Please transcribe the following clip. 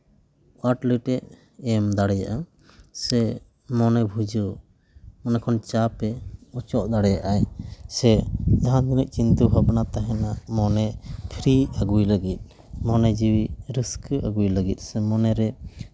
ᱳᱣᱟᱴ ᱞᱮᱴᱮ ᱮᱢ ᱫᱟᱲᱮᱭᱟᱜᱼᱟ ᱥᱮ ᱢᱚᱱᱮ ᱵᱷᱩᱡᱟᱹᱣ ᱢᱚᱱᱮ ᱠᱷᱚᱱ ᱪᱟᱯᱮ ᱚᱪᱚᱜ ᱫᱟᱲᱮᱭᱟᱜ ᱟᱭ ᱥᱮ ᱡᱟᱦᱟᱸ ᱢᱚᱱᱮ ᱪᱤᱱᱛᱟ ᱵᱷᱟᱵᱽᱱᱟ ᱛᱟᱦᱮᱱᱟ ᱢᱟᱱᱮ ᱯᱷᱨᱤ ᱟᱹᱜᱩᱭ ᱞᱟᱹᱜᱤᱫ ᱢᱚᱱᱮ ᱡᱤᱣᱤ ᱨᱟᱹᱥᱠᱟᱹ ᱟᱜᱩᱭ ᱞᱟᱹᱜᱤᱫ ᱥᱮ ᱢᱚᱱᱮᱨᱮ